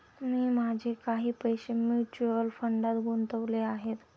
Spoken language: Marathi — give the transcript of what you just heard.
मी माझे काही पैसे म्युच्युअल फंडात गुंतवले आहेत